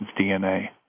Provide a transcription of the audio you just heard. DNA